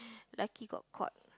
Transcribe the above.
lucky got caught